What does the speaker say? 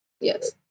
Yes